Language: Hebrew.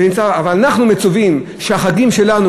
אבל אנחנו מצווים שהחגים שלנו,